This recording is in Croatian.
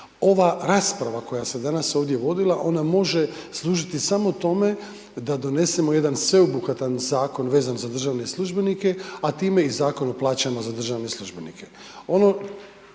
Ova rasprava koja se danas ovdje vodila ona može služiti samo tome da donesemo jedan sveobuhvatan zakon veza za državne službenike, a time i Zakon o plaćama za državne službenike. Ono